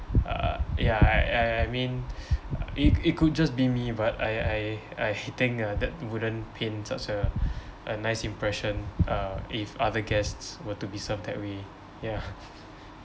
uh ya I I I mean it it could just be me but I I I think uh that wouldn't paint such a a nice impression uh if other guests were to be served that way ya